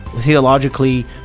theologically